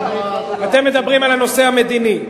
אתם מדברים על הנושא המדיני.